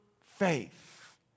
faith